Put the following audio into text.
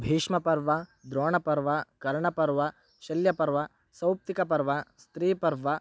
Bhishmaparva Dronaparva Karnaparva Shalyaparva Sauptikaparva Striparva